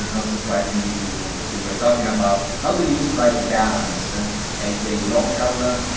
not surprisingly to what we were talking about how do you strike a balance as a local, ah